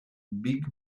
big